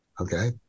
Okay